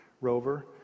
Rover